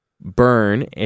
burn